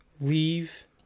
leave